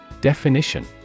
Definition